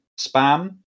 spam